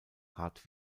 hart